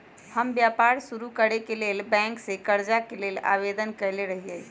हम व्यापार शुरू करेके लेल बैंक से करजा के लेल आवेदन कयले रहिये